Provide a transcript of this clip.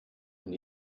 und